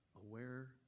aware